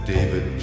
David